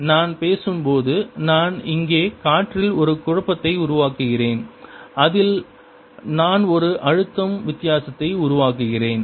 எனவே நான் பேசும்போது நான் இங்கே காற்றில் ஒரு குழப்பத்தை உருவாக்குகிறேன் அதில் நான் ஒரு அழுத்தம் வித்தியாசத்தை உருவாக்குகிறேன்